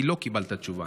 כי לא קיבלת תשובה.